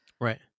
Right